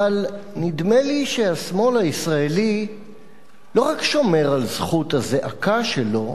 אבל נדמה לי שהשמאל הישראלי לא רק שומר על זכות הזעקה שלו,